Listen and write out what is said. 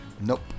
Nope